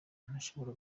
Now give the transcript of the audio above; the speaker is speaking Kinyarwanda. ntashobora